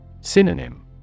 Synonym